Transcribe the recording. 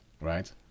right